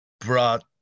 brought